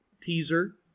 teaser